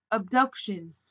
abductions